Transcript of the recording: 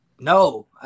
No